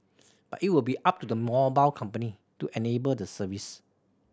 but it will be up to the mobile company to enable the service